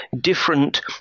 different